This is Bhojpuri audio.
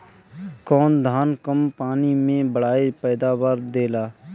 कौन धान कम पानी में बढ़या पैदावार देला?